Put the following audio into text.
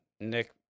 Nick